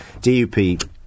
DUP